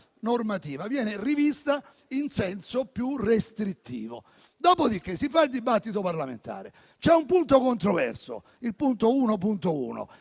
normativa, ma viene rivista in senso più restrittivo. Dopodiché si tiene il dibattito parlamentare. C'è un punto controverso, il punto 1.1.